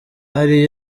ari